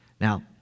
Now